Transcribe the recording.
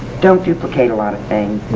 don't duplicate a lot of things,